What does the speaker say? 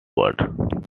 world